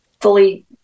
fully